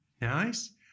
Nice